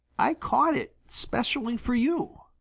i caught it especially for you.